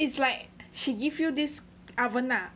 is like she give you this oven lah